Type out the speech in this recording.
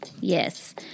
Yes